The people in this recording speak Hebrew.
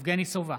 יבגני סובה,